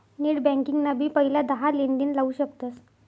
net banking ना भी पहिला दहा लेनदेण लाऊ शकतस